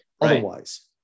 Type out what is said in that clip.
otherwise